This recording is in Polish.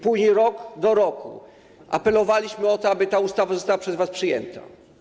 Później rok do roku apelowaliśmy o to, aby ta ustawa została przez was przyjęta.